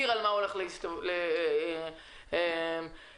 בתוך שישה חודשים מתום כל שנת כספים או בתוך חודשיים מהמועד שהוגש לו